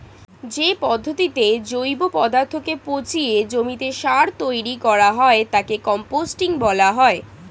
যে পদ্ধতিতে জৈব পদার্থকে পচিয়ে জমিতে সার তৈরি করা হয় তাকে কম্পোস্টিং বলা হয়